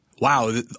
Wow